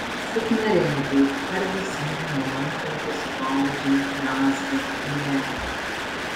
silpnaregiai ar visai nematantys audžia mezga neria